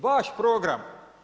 Vaš program!